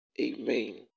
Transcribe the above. amen